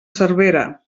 servera